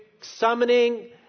summoning